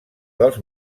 dels